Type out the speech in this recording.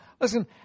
Listen